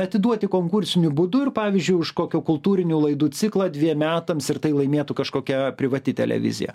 atiduoti konkursiniu būdu ir pavyzdžiui už kokio kultūrinių laidų ciklą dviem metams ir tai laimėtų kažkokia privati televizija